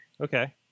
Okay